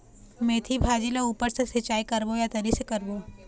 मेंथी भाजी ला ऊपर से सिचाई करबो या तरी से करबो?